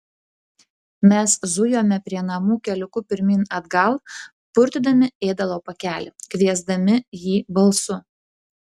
mes zujome prie namų keliuku pirmyn atgal purtydami ėdalo pakelį kviesdami jį balsu